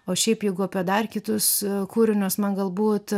o šiaip jeigu apie dar kitus kūrinius man galbūt